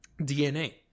dna